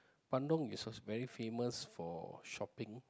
Bandung is also very famous for shopping